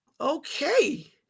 Okay